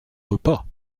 repas